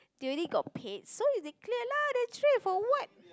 they already got paid so you they clear lah the tray for what